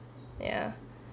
yeah